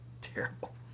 terrible